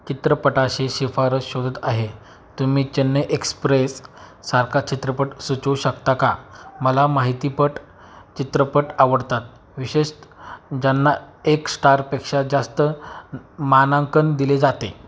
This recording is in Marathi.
चित्रपटाची शिफारस शोधत आहे तुम्ही चेन्नई एक्सप्रेससारखा चित्रपट सुचवू शकता का मला माहितीपट चित्रपट आवडतात विशेषततः ज्यांना एक स्टारपेक्षा जास्त मानांकन दिले जाते